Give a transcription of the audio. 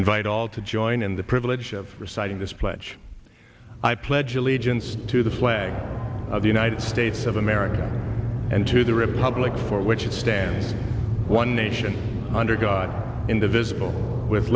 invite all to join in the privilege of reciting this pledge i pledge allegiance to the flag of the united states of america and to the republicans for which it stands one nation under god indivisible with